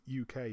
UK